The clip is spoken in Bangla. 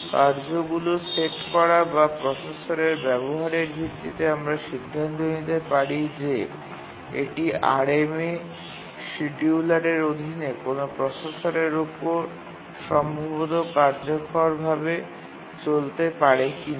কার্যগুলি সেট করা বা প্রসেসরের ব্যবহারের ভিত্তিতে আমরা সিদ্ধান্ত নিতে পারি যে এটি RMA শিডুলারের অধীনে কোনও প্রসেসরের উপর সম্ভবত কার্যকরভাবে চলতে পারে কিনা